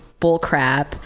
bullcrap